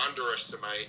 underestimate